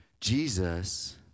Jesus